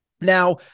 Now